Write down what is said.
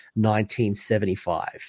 1975